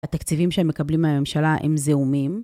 התקציבים שהם מקבלים מהממשלה הם זעומים.